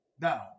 Now